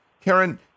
Karen